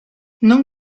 non